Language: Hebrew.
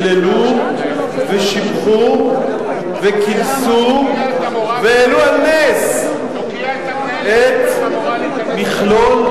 היללו ושיבחו והעלו על נס את מכלול,